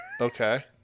Okay